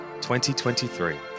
2023